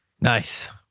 Nice